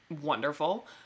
wonderful